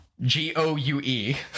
G-O-U-E